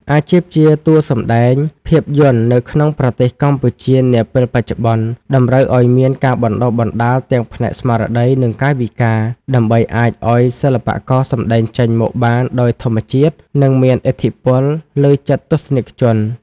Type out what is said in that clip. អាជីពជាតួសម្ដែងភាពយន្តនៅក្នុងប្រទេសកម្ពុជានាពេលបច្ចុប្បន្ន តម្រូវឱ្យមានការបណ្ដុះបណ្ដាលទាំងផ្នែកស្មារតី និងកាយវិការ ដើម្បីអាចឱ្យសិល្បករសម្ដែងចេញមកបានដោយធម្មជាតិ និងមានឥទ្ធិពលលើចិត្តទស្សនិកជន។